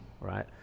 right